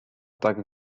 tak